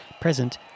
present